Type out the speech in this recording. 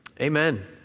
Amen